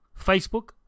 Facebook